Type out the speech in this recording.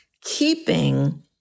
keeping